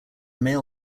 mail